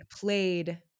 played